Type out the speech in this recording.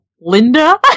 Linda